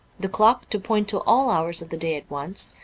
the clock to point to all hours of the day at once,